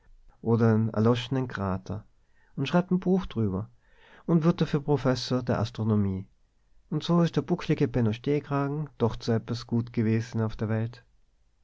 oder n erloschenen krater und schreibt en buch drüber und wird dafür professor der astronomie und so is der bucklige benno stehkragen doch zu ebbes gut gewesen auf der welt